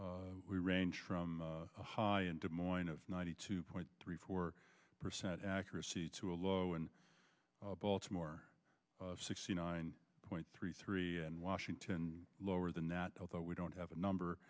we range from a high in des moines of ninety two point three four percent accuracy to a low in baltimore sixty nine point three three in washington lower than that although we don't have a number